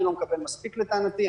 אני לא מקבל מספיק לטענתי,